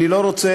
אני לא רוצה,